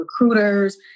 recruiters